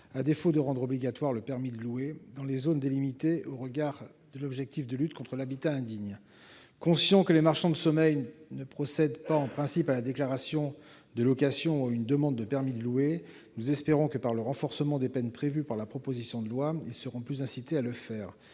à défaut de rendre obligatoire le permis de louer, dans les zones délimitées au regard de l'objectif de lutte contre l'habitat indigne. Conscients que les marchands de sommeil ne procèdent pas en principe à la déclaration de location ou à une demande de permis de louer, nous espérons que le renforcement des peines prévues dans la proposition de loi les incitera davantage à le faire.